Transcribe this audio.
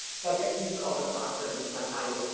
so i guess these are all the thoughts that are just like i